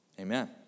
Amen